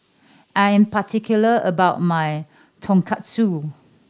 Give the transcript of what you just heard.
I am particular about my Tonkatsu